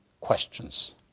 questions